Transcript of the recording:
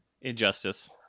Injustice